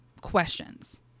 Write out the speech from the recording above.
questions